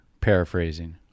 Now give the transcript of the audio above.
paraphrasing